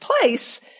place